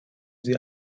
sie